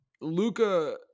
Luca